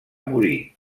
mort